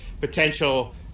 potential